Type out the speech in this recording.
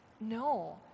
No